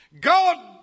God